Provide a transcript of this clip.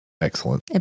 excellent